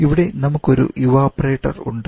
ഇവിടെ നമുക്കൊരു ഇവപൊറേറ്റർ ഉണ്ട്